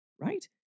Right